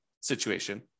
situation